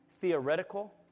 theoretical